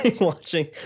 watching